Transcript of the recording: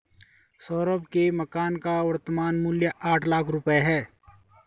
सौरभ के मकान का वर्तमान मूल्य आठ लाख रुपये है